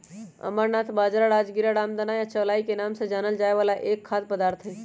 amaranth बाजरा, राजगीरा, रामदाना या चौलाई के नाम से जानल जाय वाला एक खाद्य पदार्थ हई